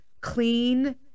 clean